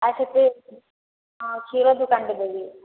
ଆଉ ସେଠି ହଁ କ୍ଷୀର ଦୁକାନଟେ ଦେବି